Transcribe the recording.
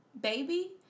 baby